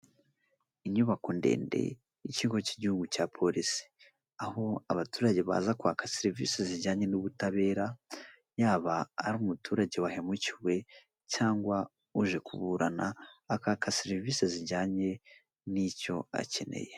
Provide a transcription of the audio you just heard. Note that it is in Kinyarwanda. Inyubako ndende y'Ikigo cy'Igihugu cya Polisi, aho abaturage baza kwaka serivisi zijyanye n'ubutabera, yaba ari umuturage wahemukiwe cyangwa uje kuburana, akaka serivisi zijyanye n'icyo akeneye.